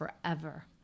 forever